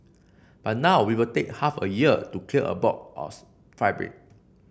but now we take half a year to clear a box of fabric